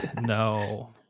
No